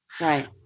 right